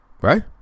Right